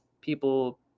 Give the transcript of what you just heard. people